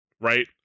right